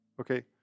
okay